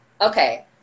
Okay